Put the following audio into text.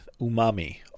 Umami